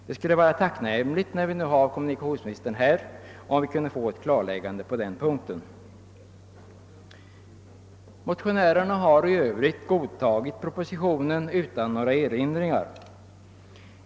Det skulle vara tacknämligt, om kommunikationsministern, som är här närvarande, kunde ge ett klarläggande på denna punkt. Motionärerna har i övrigt godtagit propositionen utan några erinringar.